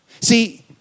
See